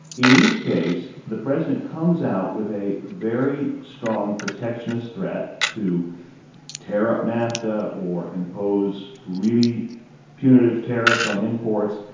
in each case, the president comes out with a very strong protectionist threat to tear up nafta or impose really punitive tariffs on imports.